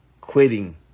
quitting